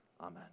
amen